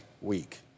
week